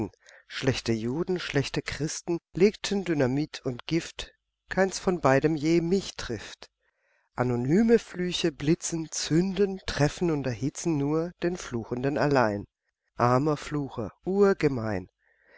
schlechte juden schlechte christen legten dynamit und gift keins von beidem je mich trifft anonyme flüche blitzen zünden treffen und erhitzen nur den fluchenden allein armer flucher urgemein